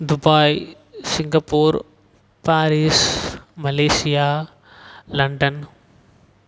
Dubai Singapore Paris Malaysia London